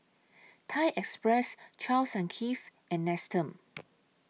Thai Express Charles and Keith and Nestum